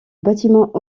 bâtiment